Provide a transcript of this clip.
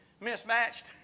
mismatched